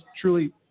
truly